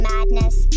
Madness